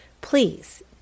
please